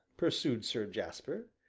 pursued sir jasper,